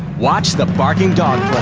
watch the barking dog.